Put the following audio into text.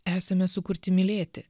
esame sukurti mylėti